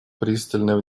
пристальное